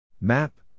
Map